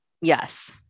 Yes